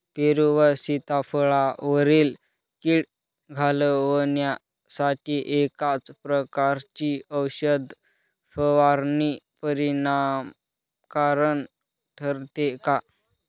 पेरू व सीताफळावरील कीड घालवण्यासाठी एकाच प्रकारची औषध फवारणी परिणामकारक ठरते का?